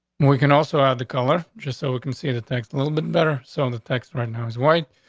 we can also add the color just so we can see the text a little bit better. so and the text right now is white.